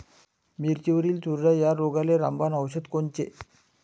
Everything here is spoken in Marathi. मिरचीवरील चुरडा या रोगाले रामबाण औषध कोनचे?